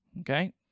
Okay